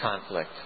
conflict